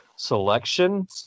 selection